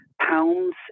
pounds